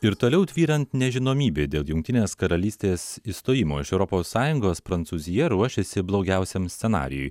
ir toliau tvyrant nežinomybei dėl jungtinės karalystės išstojimo iš europos sąjungos prancūzija ruošėsi blogiausiam scenarijui